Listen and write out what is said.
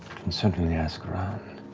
can certainly ask around.